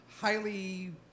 highly